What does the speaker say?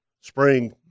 spring